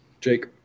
jake